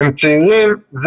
הם צעירים,